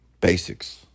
Basics